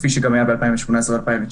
כפי שגם היה ב-2018 וב-2019.